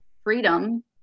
freedom